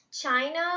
china